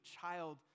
child